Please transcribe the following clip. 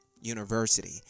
University